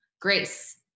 Grace